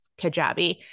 Kajabi